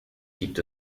gibt